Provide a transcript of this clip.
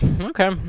Okay